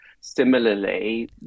similarly